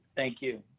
thank you.